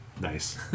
Nice